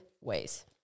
ways